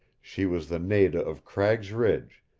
she was the nada of cragg's ridge,